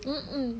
mm mm